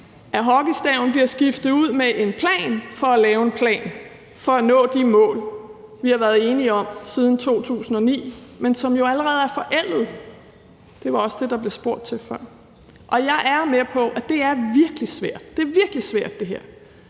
at hockeystaven bliver skiftet ud med en plan for at lave en plan for at nå de mål, vi har været enige om siden 2009, men som jo allerede er forældede, og det var også det, der blev spurgt til før. Kl. 13:50 Jeg er med på, at det er virkelig svært – det er virkelig svært det her